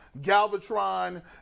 Galvatron